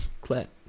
Clap